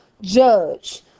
judge